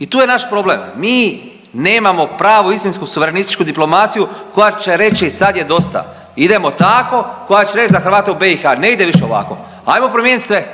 I tu je naš problem. Mi nemamo pravu, istinsku suverenističku diplomaciju koja će reći sad je dosta, idemo tako, koja će reći za Hrvate u BiH ne ide više ovako, ajmo promijenit sve,